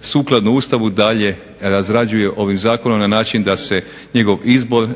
sukladno Ustavu dalje razrađuje ovim zakonom na način da se